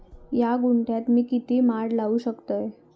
धा गुंठयात मी किती माड लावू शकतय?